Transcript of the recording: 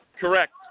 Correct